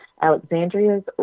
Alexandria's